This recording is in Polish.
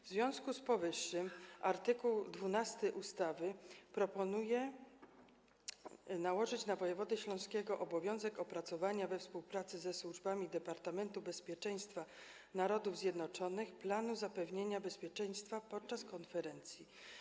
W związku z powyższym w art. 12 ustawy proponuje się nałożyć na wojewodę śląskiego obowiązek opracowania we współpracy ze służbami Departamentu Bezpieczeństwa Narodów Zjednoczonych planu zapewnienia bezpieczeństwa podczas konferencji.